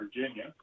Virginia